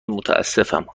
متاسفم